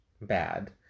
bad